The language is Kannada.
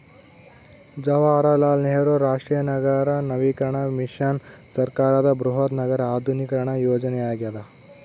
ಜವಾಹರಲಾಲ್ ನೆಹರು ರಾಷ್ಟ್ರೀಯ ನಗರ ನವೀಕರಣ ಮಿಷನ್ ಸರ್ಕಾರದ ಬೃಹತ್ ನಗರ ಆಧುನೀಕರಣ ಯೋಜನೆಯಾಗ್ಯದ